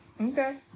okay